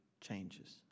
changes